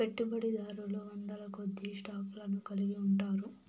పెట్టుబడిదారులు వందలకొద్దీ స్టాక్ లను కలిగి ఉంటారు